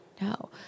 No